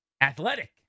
athletic